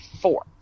four